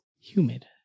humid